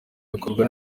bikorwa